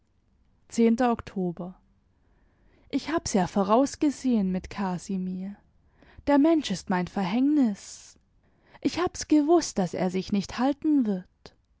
oktober ich hab's ja vorausgesehen mit casimir der mensch ist mein verhängnis ich hab's gewußt daß er sich nicht halten wird